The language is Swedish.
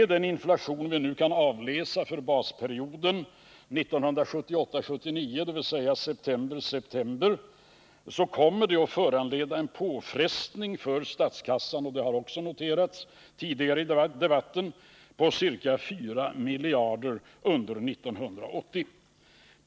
Den inflation vi nu kan avläsa för basperioden 1978-1979, dvs. september-september, kommer att föranleda en påfrestning för statskassan — vilket också har noterats tidigare i debatten — på ca 4 miljarder kronor under 1980.